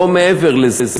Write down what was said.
לא מעבר לזה.